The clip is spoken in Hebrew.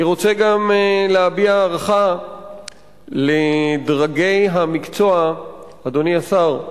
אני רוצה גם להביע הערכה לדרגי המקצוע, אדוני השר,